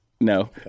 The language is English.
No